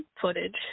footage